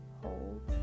hold